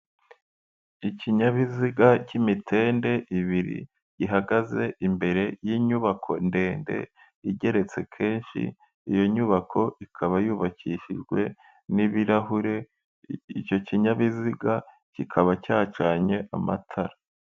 Ikinyabiziga cy'imitende ibiri gihagaze imbere y'inyubako ndende igeretse kenshi, iyo nyubako ikaba yubakishijwe n'ibirahure, icyo kinyabiziga kikaba cyacanye amatara.